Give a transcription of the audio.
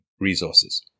resources